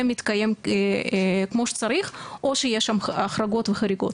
מתקיים כמו שצריך או שיש החרגות וחריגות?